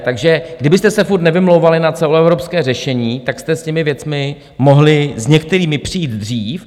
Takže kdybyste se furt nevymlouvali na celoevropské řešení, tak jste s těmi věcmi mohli s některými přijít dřív.